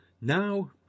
Now